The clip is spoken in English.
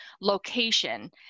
location